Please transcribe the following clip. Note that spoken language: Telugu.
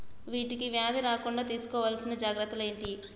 వీటికి వ్యాధి రాకుండా తీసుకోవాల్సిన జాగ్రత్తలు ఏంటియి?